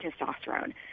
testosterone